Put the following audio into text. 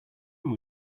will